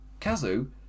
Kazu